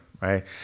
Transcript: right